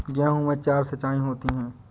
गेहूं में चार सिचाई होती हैं